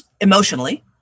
Emotionally